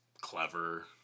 clever